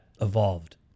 evolved